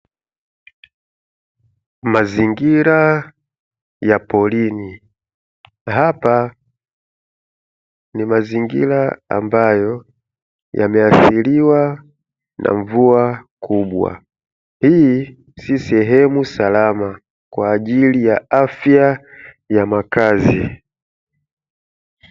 Mazingira ya porini, hapa ni mazingira ambayo yameathiriwa na mvua kubwa. Hii si sehemu salama kwa ajili ya afya ya makazi.